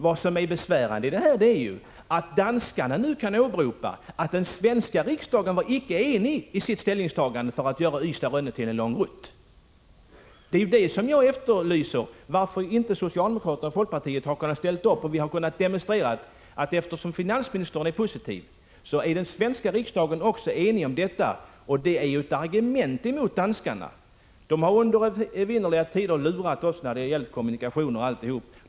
Vad som är besvärande är att danskarna nu kan åberopa att den svenska riksdagen icke var enig i sitt ställningstagande att göra linjen Ystad-Rönne till en lång rutt. Vad jag efterlyser är ett svar på frågan varför socialdemokraterna och folkpartiet inte har kunnat ställa upp, så att vi kunnat demonstrera att eftersom finansministern är positiv är den svenska riksdagen också enig om detta. Det är ett argument emot danskarna. De har under evinnerliga tider lurat oss när det har gällt kommunikationer och mycket annat.